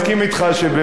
אז אני מסכים אתך שבאמת,